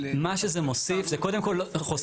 מה שזה מוסיף זה קודם כל חוסך.